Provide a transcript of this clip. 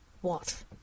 What